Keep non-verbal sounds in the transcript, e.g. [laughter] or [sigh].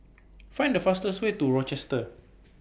[noise] Find The fastest Way to The Rochester